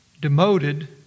demoted